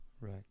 Right